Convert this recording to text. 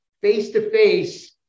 face-to-face